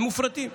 הם מופרטים.